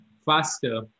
faster